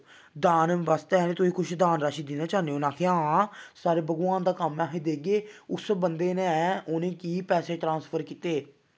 दान बास्तै जानि तुस कुछ दान राशन देना चाह्न्ने उ'नें आखेआ हां साढ़े भगवान दा कम्म ऐ अस देगे उस बंदे ने उ'नेंगी पैसे ट्रांसफर कीते